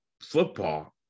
football